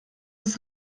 ist